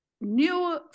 new